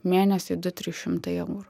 mėnesiui du trys šimtai eurų